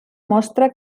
mostra